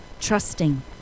trusting